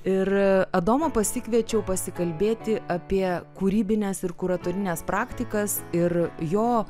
ir adomą pasikviečiau pasikalbėti apie kūrybines ir kuratorines praktikas ir jo